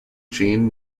jean